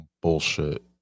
bullshit